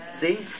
See